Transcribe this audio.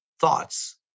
thoughts